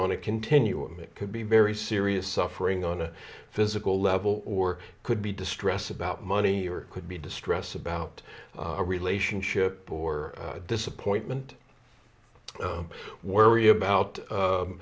on a continuum it could be very serious suffering on a physical level or could be distress about money or it could be distress about a relationship or disappointment worry about